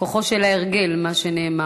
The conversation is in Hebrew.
כוחו של ההרגל, מה שנאמר.